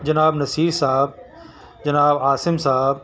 جناب نصیر صاحب جناب عاصم صاحب